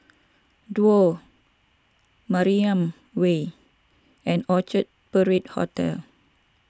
Duo Mariam Way and Orchard Parade Hotel